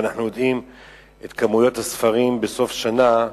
ואנחנו יודעים את כמויות הספרים בסוף שנה,